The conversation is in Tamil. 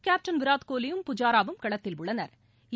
கேப்டன் விராட்கோலியும் புஜாரா வும் களத்தில் உள்ளனா்